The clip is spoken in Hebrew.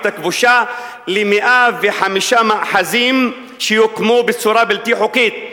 הכבושה ל-105 מאחזים שהוקמו בצורה בלתי חוקית.